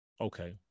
Okay